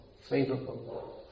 favorable